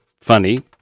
funny